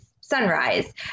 Sunrise